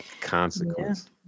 Consequence